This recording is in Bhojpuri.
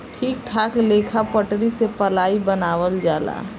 ठीक ठाक लेखा पटरी से पलाइ बनावल जाला